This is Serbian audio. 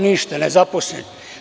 Ništa, ne zaposlen.